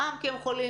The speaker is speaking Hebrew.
פעם כי הם חולים,